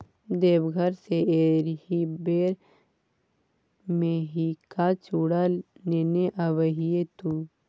देवघर सँ एहिबेर मेहिका चुड़ा नेने आबिहे तु